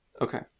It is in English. Okay